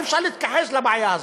אי-אפשר להתכחש לבעיה הזאת.